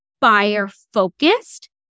buyer-focused